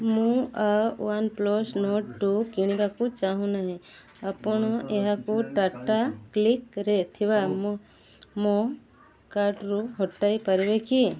ମୁଁ ଆଉ OnePlus note two କିଣିବାକୁ ଚାହୁଁନାହିଁ ଆପଣ ଏହାକୁ ଟାଟା କ୍ଲିକ୍ରେ ଥିବା ମୋ ମୋ କାର୍ଟରୁ ହଟାଇ ପାରିବେ କି